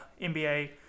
NBA